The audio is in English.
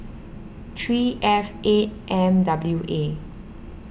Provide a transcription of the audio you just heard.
three F eight M W A